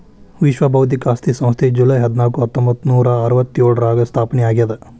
ವಿಶ್ವ ಬೌದ್ಧಿಕ ಆಸ್ತಿ ಸಂಸ್ಥೆ ಜೂಲೈ ಹದ್ನಾಕು ಹತ್ತೊಂಬತ್ತನೂರಾ ಅರವತ್ತ್ಯೋಳರಾಗ ಸ್ಥಾಪನೆ ಆಗ್ಯಾದ